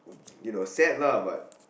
you know sad lah but